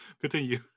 Continue